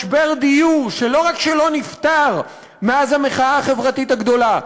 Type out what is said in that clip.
משבר דיור שלא רק שלא נפתר מאז המחאה החברתית הגדולה,